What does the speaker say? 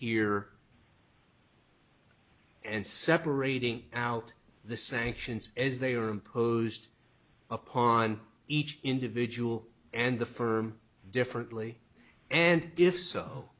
here and separating out the sanctions as they are imposed upon each individual and the firm differently and if so